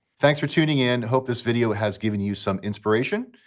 thanks for tuning in. hope this video has given you some inspiration.